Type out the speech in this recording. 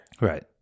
Right